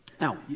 now